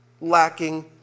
lacking